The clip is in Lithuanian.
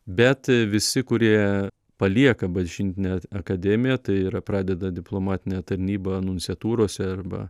bet visi kurie palieka bažnytinę akademiją tai yra pradeda diplomatinę tarnybą nunciatūrose arba